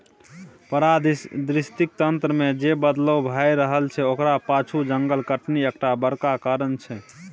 पारिस्थितिकी तंत्र मे जे बदलाव भए रहल छै ओकरा पाछु जंगल कटनी एकटा बड़का कारण छै